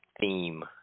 theme